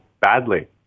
badly